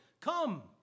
come